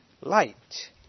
light